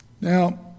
Now